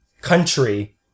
country